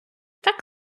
так